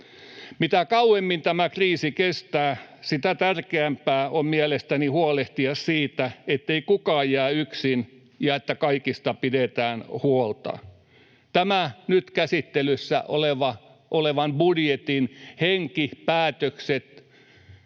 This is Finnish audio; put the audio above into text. Mitä kauemmin tämä kriisi kestää, sitä tärkeämpää on mielestäni huolehtia siitä, ettei kukaan jää yksin ja että kaikista pidetään huolta. Tämän nyt käsittelyssä olevan budjetin henki ja päätökset